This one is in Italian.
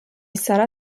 sarà